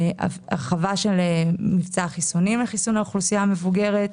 הרחבה של מבצע חיסונים לחיסון האוכלוסייה המבוגרת,